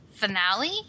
Finale